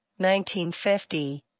1950